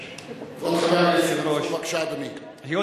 כבוד חבר הכנסת צרצור, בבקשה, אדוני.